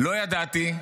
לא ידעתי,